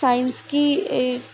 science की